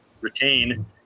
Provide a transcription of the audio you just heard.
retain